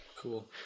Cool